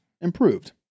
improved